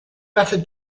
better